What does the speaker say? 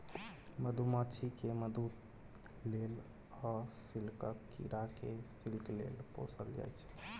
मधुमाछी केँ मधु लेल आ सिल्कक कीरा केँ सिल्क लेल पोसल जाइ छै